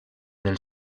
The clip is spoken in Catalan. del